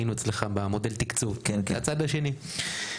היינו אצלך במודל התקצוב, מהצד השני.